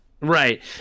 Right